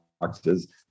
boxes